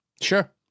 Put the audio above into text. Sure